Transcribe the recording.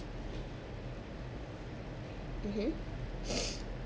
mmhmm